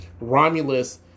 Romulus